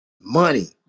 Money